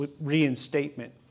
reinstatement